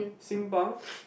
Sing-Pang